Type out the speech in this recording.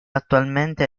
attualmente